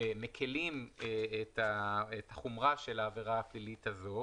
מקלים על חומרת העבירה הפלילית הזו,